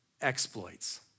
exploits